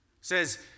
says